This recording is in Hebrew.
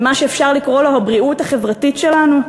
על מה שאפשר לקרוא לו הבריאות החברתית שלנו?